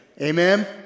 Amen